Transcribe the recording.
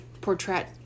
portrait